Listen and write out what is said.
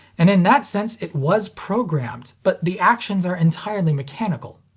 and in that sense it was programmed, but the actions are entirely mechanical.